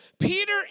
Peter